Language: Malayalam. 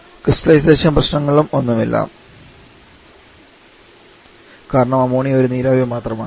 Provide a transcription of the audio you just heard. ക്രിസ്റ്റലൈസേഷൻ പ്രശ്നമൊന്നുമില്ല കാരണം അമോണിയ ഒരു നീരാവി മാത്രമാണ്